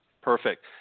Perfect